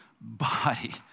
body